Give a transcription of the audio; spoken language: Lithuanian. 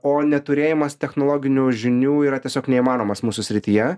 o neturėjimas technologinių žinių yra tiesiog neįmanomas mūsų srityje